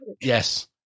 Yes